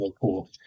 cool